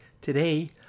Today